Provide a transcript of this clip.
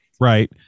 Right